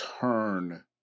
turn